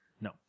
No